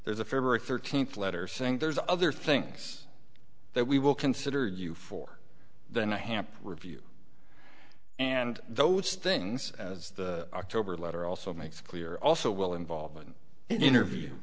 there's a february thirteenth letter saying there's other things that we will consider you for than the hamp review and those things as the october letter also makes clear also will involve an interview